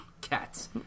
Cats